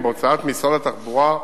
רמזורים, בהוצאת משרד התחבורה,